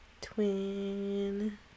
twin